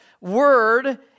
word